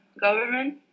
government